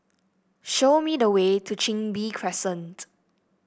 show me the way to Chin Bee Crescent